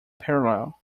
parallel